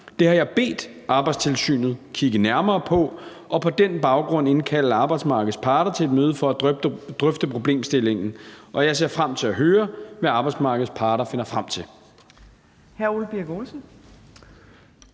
Det har jeg bedt Arbejdstilsynet kigge nærmere på og på den baggrund indkalde arbejdsmarkedets parter til et møde for at drøfte problemstillingen. Jeg ser frem til at høre, hvad arbejdsmarkedets parter finder frem til.